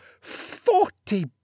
Forty